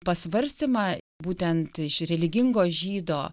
pasvarstymą būtent iš religingo žydo